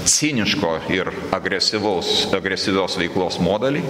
ciniško ir agresyvaus agresyvios veiklos modelį